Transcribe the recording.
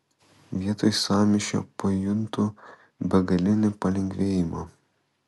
vietoj sąmyšio pajuntu begalinį palengvėjimą